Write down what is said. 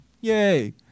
Yay